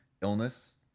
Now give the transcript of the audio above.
illness